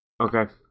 Okay